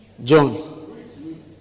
john